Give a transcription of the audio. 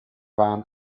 van